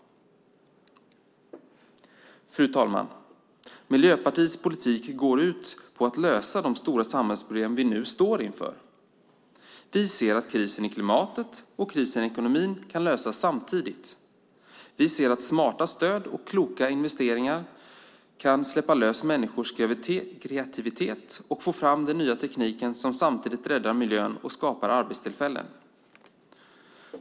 Fru talman! Miljöpartiets politik går ut på att lösa de stora samhällsproblem vi nu står inför. Vi ser att krisen i klimatet och krisen i ekonomin kan lösas samtidigt. Vi ser att smarta stöd och kloka investeringar kan släppa lös människors kreativitet och få fram den nya teknik som samtidigt räddar miljön och skapar arbetstillfällen.